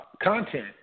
content